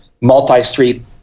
multi-street